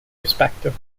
respective